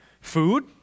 food